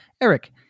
Eric